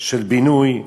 של בינוי,